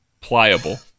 pliable